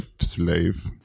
Slave